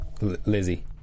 Lizzie